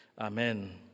amen